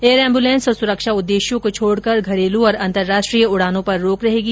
air ambulance और सुरक्षा उद्देश्यों को छोडकर घरेलु और अंतर्राष्ट्रीय उडानों पर रोक रहेगी